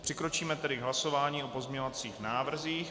Přikročíme tedy k hlasování o pozměňovacích návrzích.